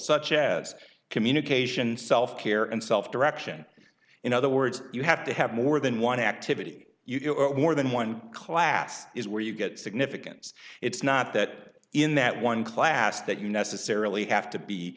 such as communication self care and self direction in other words you have to have more than one activity you more than one class is where you get significance it's not that in that one class that you necessarily